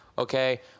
Okay